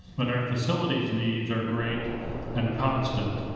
but our facilities needs are great and constant.